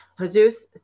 Jesus